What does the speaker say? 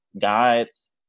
guides